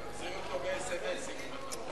למה לא בן-ארי?